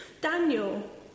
Daniel